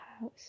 house